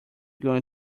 going